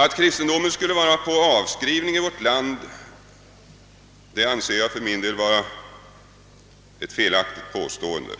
Att kristendomen skulle vara på avskrivning i vårt land, anser jag för min del vara ett felaktigt påstående.